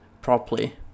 properly